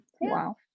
wow